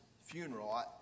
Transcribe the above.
funeral